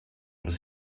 was